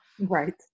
Right